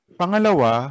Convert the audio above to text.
pangalawa